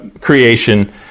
creation